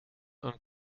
een